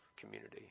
community